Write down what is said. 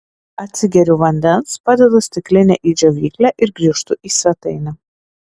atsigeriu vandens padedu stiklinę į džiovyklę ir grįžtu į svetainę